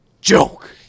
joke